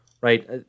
right